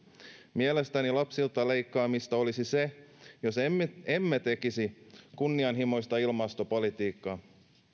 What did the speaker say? mielestäni lapsilta leikkaamista olisi se jos emme emme tekisi kunnianhimoista ilmastopolitiikkaa